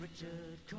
Richard